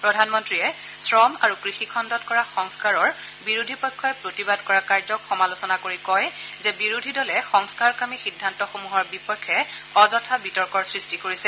প্ৰধানমন্ত্ৰীয়ে শ্ৰম আৰু কৃষি খণ্ডত কৰা সংস্কাৰৰ বিৰোধী পক্ষই প্ৰতিবাদ কৰা কাৰ্যক সমালোচনা কৰি কয় যে বিৰোধী দলে সংস্কাৰকামী সিদ্ধান্তসমূহৰ বিপক্ষে অযথা বিতৰ্কৰ সৃষ্টি কৰিছে